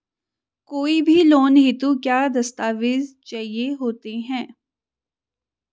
कोई भी लोन हेतु क्या दस्तावेज़ चाहिए होते हैं?